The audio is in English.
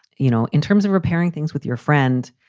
you know, in terms of repairing things with your friend,